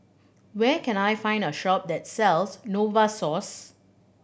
where can I find a shop that sells Novosource